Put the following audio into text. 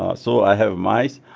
ah so i have mice.